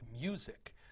music